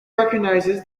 recognises